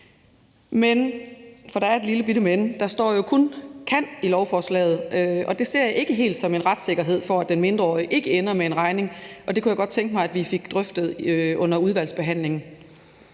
Men – for der er et lillebitte men – der står jo kun »kan« i lovforslaget, og det ser jeg ikke helt som en retssikkerhed, i forhold til at den mindreårige ikke ender med en regning, og det kunne jeg godt tænke mig at vi fik drøftet under udvalgsbehandlingen.